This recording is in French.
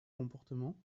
comportement